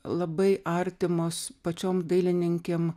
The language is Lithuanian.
labai artimos pačiom dailininkėm